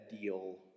deal